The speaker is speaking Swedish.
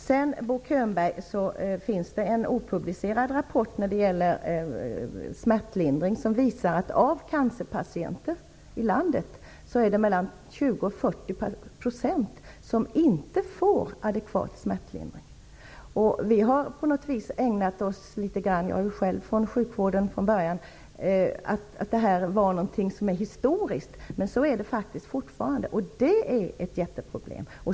Det finns en opublicerad rapport om smärtlindring, Bo Könberg. Den visar att det är mellan 20 % och 40 % av alla cancerpatienter i landet som inte får adekvat smärtlindring. Vi har på något vis trott -- jag kommer själv från sjukvården från början -- att detta var någonting som var historiskt. Men så är det inte, och detta är ett jätteproblem.